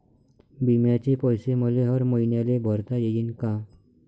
बिम्याचे पैसे मले हर मईन्याले भरता येईन का?